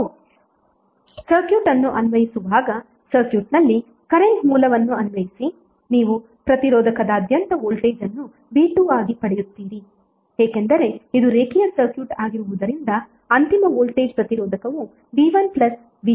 ನೀವು ಸರ್ಕ್ಯೂಟ್ ಅನ್ನು ಅನ್ವಯಿಸುವಾಗ ಸರ್ಕ್ಯೂಟ್ನಲ್ಲಿ ಕರೆಂಟ್ ಮೂಲವನ್ನು ಅನ್ವಯಿಸಿ ನೀವು ಪ್ರತಿರೋಧಕದಾದ್ಯಂತ ವೋಲ್ಟೇಜ್ ಅನ್ನು v2 ಆಗಿ ಪಡೆಯುತ್ತೀರಿ ಏಕೆಂದರೆ ಇದು ರೇಖೀಯ ಸರ್ಕ್ಯೂಟ್ ಆಗಿರುವುದರಿಂದ ಅಂತಿಮ ವೋಲ್ಟೇಜ್ ಪ್ರತಿರೋಧಕವು v1v2 v ಆಗಿರುತ್ತದೆ